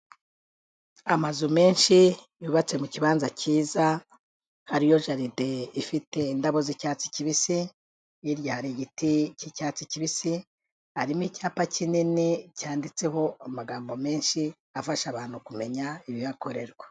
Amazu menshi yubatse mu kibanza cyiza, hariyo jaride ifite indabo z'icyatsi kibisi, hirya hari igiti cy'icyatsi kibisi, harimo icyapa kinini cyanditseho amagambo menshi afasha abantu kumenya ibihakorerwa.